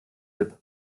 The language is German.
hip